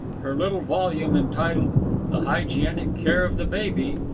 her little volume, entitled the hygienic care of the baby,